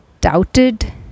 doubted